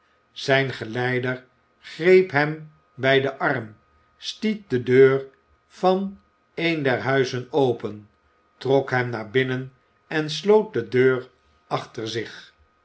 zijn geleider greep hem bij den arm stiet de deur van een der huizen open trok hem naar binnen en sloot de deur achter zich